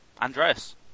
Andreas